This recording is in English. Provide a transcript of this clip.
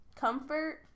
comfort